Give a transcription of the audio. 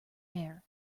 air